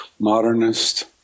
modernist